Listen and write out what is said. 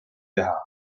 teha